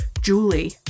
Julie